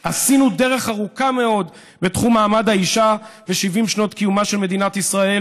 עשינו דרך ארוכה מאוד בתחום מעמד האישה ב-70 שנות קיומה של מדינת ישראל,